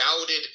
doubted